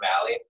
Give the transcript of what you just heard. Valley